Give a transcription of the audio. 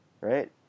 Right